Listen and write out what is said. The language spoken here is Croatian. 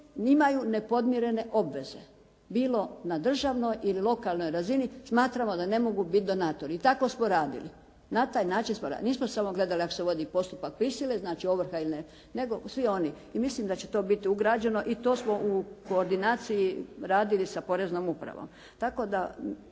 imaju nepodmirene obveze, bilo na državnoj ili lokalnoj razini, smatramo da ne mogu biti donatori. I tako smo radili. Na taj način smo radili. Nismo gledali ako se vodi postupak prisile, znači ovrha. Nego svi oni. I mislim da će to biti ugrađeno i to smo u koordinaciji radili sa Poreznom upravom. Tako da